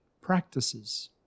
practices